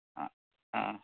অঁ অঁ অঁ